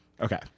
Okay